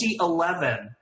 2011